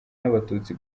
n’abatutsi